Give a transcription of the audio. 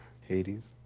Hades